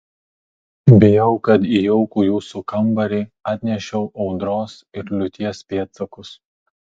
bijau kad į jaukų jūsų kambarį atnešiau audros ir liūties pėdsakus